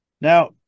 Now